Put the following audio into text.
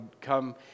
come